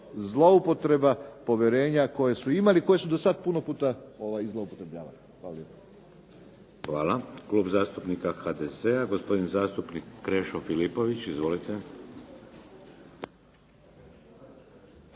zloupotreba povjerenja koje su imali, koje su do sada puno puta i zloupotrjebljavali. Hvala lijepa. **Šeks, Vladimir (HDZ)** Klub zastupnika HDZ-a. Gospodin zastupnik Krešo Filipović. Izvolite.